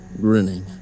grinning